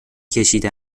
کشیده